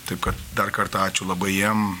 taip kad dar kartą ačiū labai jiem